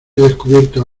descubierto